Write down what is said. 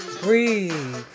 breathe